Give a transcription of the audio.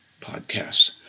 podcasts